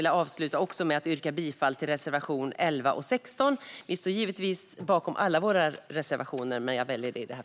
Jag yrkar bifall till reservationerna 11 och 16, även om vi givetvis står bakom alla våra reservationer.